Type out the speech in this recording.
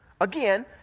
again